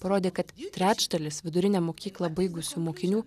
parodė kad trečdalis vidurinę mokyklą baigusių mokinių